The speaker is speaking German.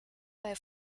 bei